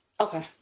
Okay